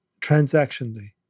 transactionally